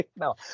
no